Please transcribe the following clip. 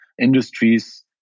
industries